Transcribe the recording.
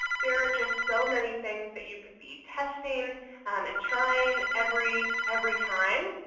there are just so many things that you could be testing and trying every every time.